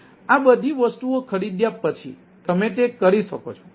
આ બધી વસ્તુઓ ખરીદ્યા પછી તમે તે કરી શકો છો